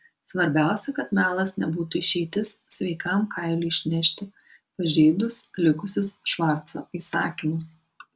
svarbiausia kad melas nebūtų išeitis sveikam kailiui išnešti pažeidus likusius švarco įsakymus